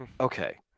okay